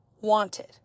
wanted